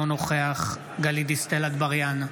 אינו נוכח גלית דיסטל אטבריאן,